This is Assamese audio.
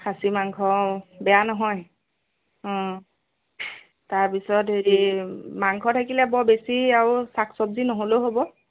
খাচি মাংস বেয়া নহয় তাৰ পিছত হেৰি মাংস থাকিলে বৰ বেছি আৰু শাক চবজি নহ'লেও হ'ব